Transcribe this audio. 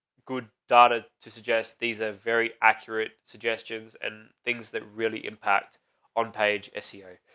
good data to suggest. these are very accurate suggestions and things that really impact on page seo.